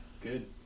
good